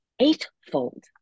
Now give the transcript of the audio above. Eightfold